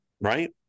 right